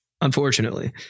Unfortunately